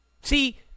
See